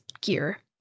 gear